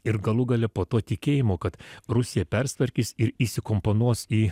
ir galų gale po to tikėjimo kad rusija persitvarkys ir įsikomponuos į